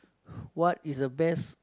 what is the best